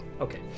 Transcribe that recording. Okay